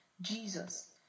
Jesus